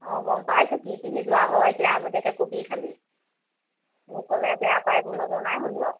অঁ গ'ম পাইছোঁ কি পিন্ধি যোৱা হয় এতিয়া আগতীয়াকৈ কবি খালি মোৰ ক'লে এইবোৰ নজনাই হ'ল আৰু